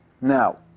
Now